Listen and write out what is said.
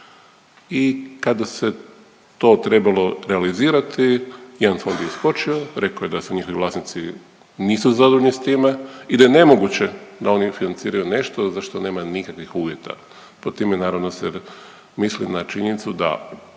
I kada se to trebalo realizirati jedan fond je iskočio, rekao je da njihovi vlasnici nisu zadovoljni s time i da je nemoguće da oni financiraju nešto za što nema nikakvih uvjeta. Pod tim naravno se misli na činjenicu da